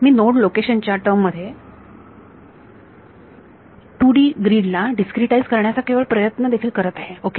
मी node location च्या term मध्ये 2D ग्रीडला डिस्क्रीटाइझ करण्याचा केवळ प्रयत्न देखील करत आहे ओके